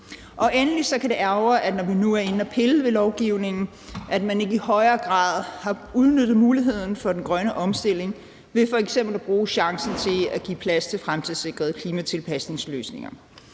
Endelig kan det ærgre, at man, når vi nu er inde at pille ved lovgivningen, ikke i højere grad har udnyttet muligheden for at fremme den grønne omstilling ved f.eks. at benytte chancen til at give plads til fremtidssikrede klimatilpasningsløsninger.